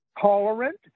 tolerant